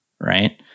right